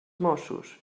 mossos